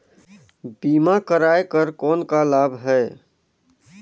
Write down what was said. बीमा कराय कर कौन का लाभ है?